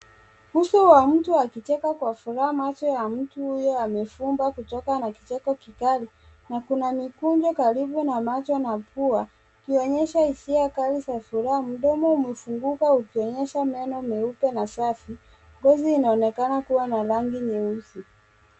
Uso wa mtu akicheka kwa furaha macho ya mtu huyo amefumba kutoka na kicheko kikali na kuna mikunjo karibu na macho na pua ikionyesha hisia kali za furaha. Mdomo umefunguka ukionyesha meno meupe na safi, ngozi inaonekana kua na rangi nyeusi.